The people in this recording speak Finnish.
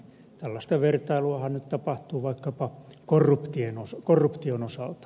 tällaista vertailuahan tapahtuu vaikkapa korruption osalta